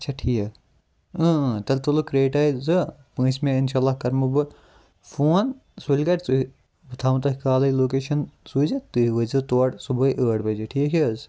اچھا ٹھیٖک اۭں اۭں تیٚلہِ تُلو کریٹا ہی زٕ پوٗنٛژمہِ اِنشا اللہ کَرمو بہٕ فون سُلہِ گَرِ تُہۍ بہٕ تھاوَن تۄہہِ کالے لوکیشَن سوٗزِتھ تُہۍ وٲتۍ زیٚو تور صُبحٲے ٲٹھ بجے ٹھیٖک چھِ حٕظ